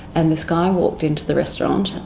and this guy walked into the restaurant,